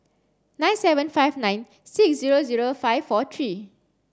nine seven five nine six zero zero five four three